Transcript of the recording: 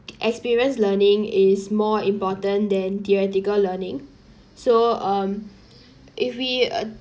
experience learning is more important than theoretical learning so um if we